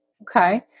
Okay